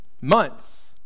months